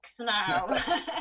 now